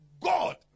God